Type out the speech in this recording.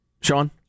Sean